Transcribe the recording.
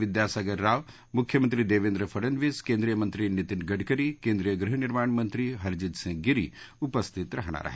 विद्यासागर राव मूख्यमंत्री देवेंद्र फडनवीस केंद्रीय मंत्री नितिन गडकरी केंद्रीय गृहनिर्माणमंत्री हर्जीत सिंह गिरी उपस्थित राहणार आहेत